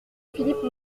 philippe